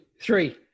three